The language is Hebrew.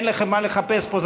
אין לכם מה לחפש פה,